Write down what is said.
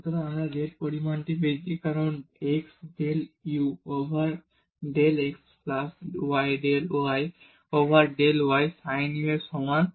সুতরাং আমরা এই z পরিমাণটি পেয়েছি কারণ x del u over del x plus y del u over del y sin u এর সমান